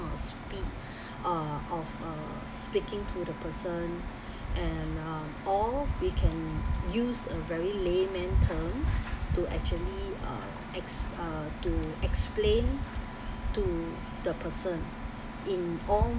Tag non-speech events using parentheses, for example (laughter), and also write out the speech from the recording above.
speak (breath) uh of a speaking to the person and uh or we can use a very layman term to actually uh ex~ to explain to the person in all